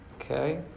Okay